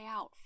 out